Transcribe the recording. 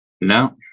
No